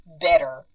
better